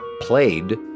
played